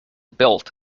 built